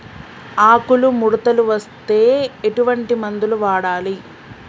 ఆకులు ముడతలు వస్తే ఎటువంటి మందులు వాడాలి?